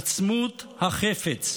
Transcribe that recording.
"עצמות החפץ",